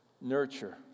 nurture